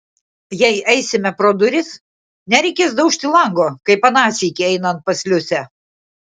jei eisime pro duris nereikės daužti lango kaip aną sykį einant pas liusę